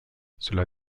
cela